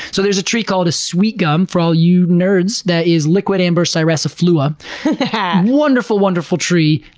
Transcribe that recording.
so there's a tree called a sweet gum, for all you nerds that is liquidambar styraciflua wonderful wonderful tree,